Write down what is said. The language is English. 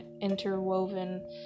interwoven